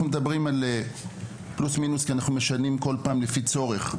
אנחנו מדברים על פלוס-מינוס כי אנחנו משנים כל פעם לפי צורך